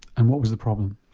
and what was the problem?